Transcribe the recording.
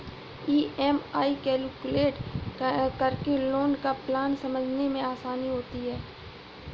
EMI calculate करके loan का plan समझने में आसानी होती है